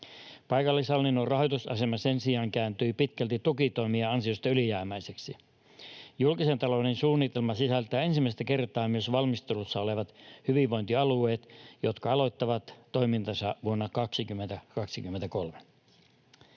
Paikallishallinnon rahoitusasema sen sijaan kääntyi pitkälti tukitoimien ansiosta ylijäämäiseksi. Julkisen talouden suunnitelma sisältää ensimmäistä kertaa myös valmistelussa olevat hyvinvointialueet, jotka aloittavat toimintansa vuonna 2023.